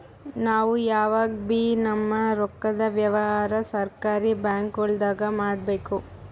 ನಾವ್ ಯಾವಗಬೀ ನಮ್ಮ್ ರೊಕ್ಕದ್ ವ್ಯವಹಾರ್ ಸರಕಾರಿ ಬ್ಯಾಂಕ್ಗೊಳ್ದಾಗೆ ಮಾಡಬೇಕು